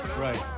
Right